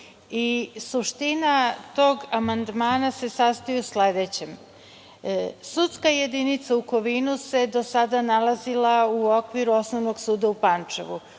i suština tog amandmana se sastoji u sledećem. Sudska jedinica u Kovinu se do sada nalazila u okviru Osnovnog suda u Pančevu.